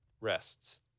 rests